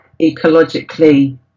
ecologically